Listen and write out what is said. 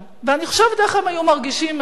ואני חושבת איך הם היו מרגישים אם הם היו